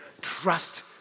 trust